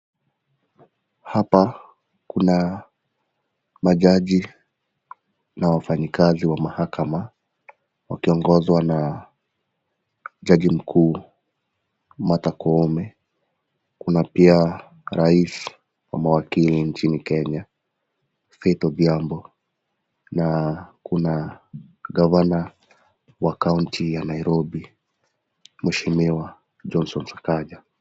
Hapa kuna majaji na wafanyikazi wa mahakama wakiongozwa na jaji mkuu Martha Koome kuna pia rais wa mawakili nchini Kenya , Faith Odhiambo na kuna gavana wa kaunti ya Nairobi mheshimiwa Johnson Sakaja.